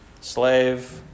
slave